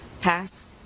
pass